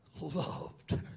loved